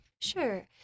Sure